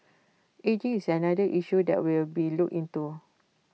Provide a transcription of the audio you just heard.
ageing is another issue that will be looked into